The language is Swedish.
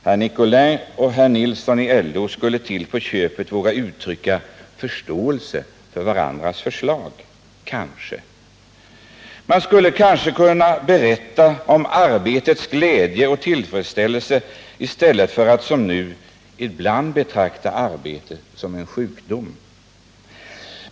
Herr Nicolin och herr Nilsson i LO skulle till på köpet våga uttrycka förståelse för varandras förslag. Kanske. Man skulle kanske kunna berätta om arbetets glädje och tillfredsställelse i stället för att som nu ibland betrakta arbete som en sjukdom.